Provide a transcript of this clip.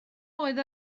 oedd